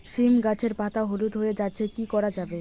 সীম গাছের পাতা হলুদ হয়ে যাচ্ছে কি করা যাবে?